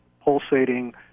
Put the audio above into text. pulsating